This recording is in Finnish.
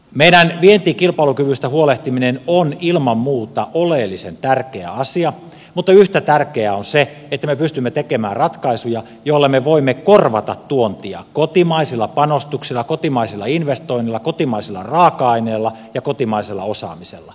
meidän vientikilpailukyvystämme huolehtiminen on ilman muuta oleellisen tärkeä asia mutta yhtä tärkeää on se että me pystymme tekemään ratkaisuja joilla me voimme korvata tuontia kotimaisilla panostuksilla kotimaisilla investoinneilla kotimaisilla raaka aineilla ja kotimaisella osaamisella